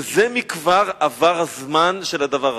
וכבר עבר הזמן של הדבר הזה.